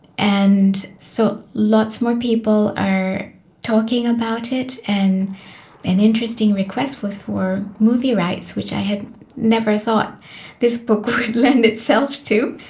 and so lots more people are talking about it. and an interesting request was for movie rights, which i had never thought this book would lend itself to,